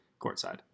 courtside